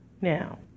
Now